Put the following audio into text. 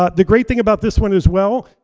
ah the great thing about this one as well,